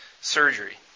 surgery